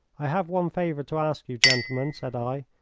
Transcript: i have one favour to ask you, gentlemen, said i.